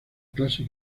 clase